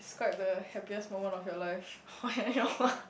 describe the happiest moment of your life